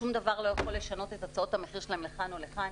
שום דבר לא יכול לשנות את הצעות המחיר לכאן או לכאן,